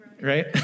Right